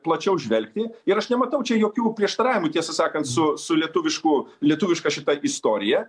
plačiau žvelgti ir aš nematau čia jokių prieštaravimų tiesą sakant su su lietuvišku lietuviška šita istorija